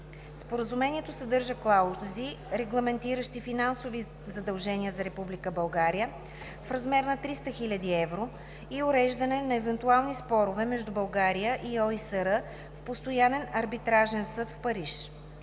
Споразумението съдържа клаузи, регламентиращи финансови задължения за Република България – в размер на 300 000 евро и уреждане на евентуални спорове между България и ОИСР в Постоянен арбитражен съд в Париж.